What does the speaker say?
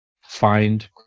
find